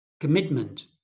commitment